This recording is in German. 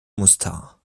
mostar